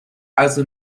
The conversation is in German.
also